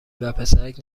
وپسرک